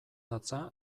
datza